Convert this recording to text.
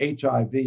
HIV